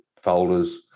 folders